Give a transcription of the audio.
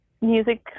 music